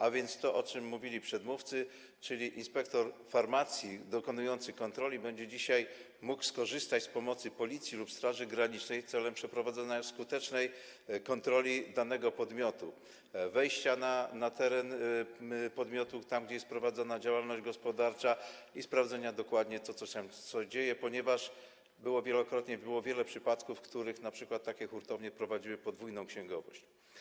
A więc to, o czym mówili przedmówcy, czyli inspektor farmaceutyczny dokonujący kontroli będzie dzisiaj mógł skorzystać z pomocy Policji lub Straży Granicznej celem przeprowadzenia skutecznej kontroli danego podmiotu, wejścia na teren podmiotu tam, gdzie jest prowadzona działalność gospodarcza, i sprawdzenia dokładnie, co tam się dzieje, ponieważ wielokrotnie było tak, było wiele przypadków, w których np. takie hurtownie prowadziły podwójną księgowość.